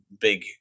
big